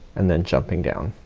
and then jumping down.